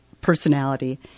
personality